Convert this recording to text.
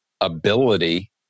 ability